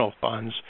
funds